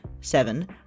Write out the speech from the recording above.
seven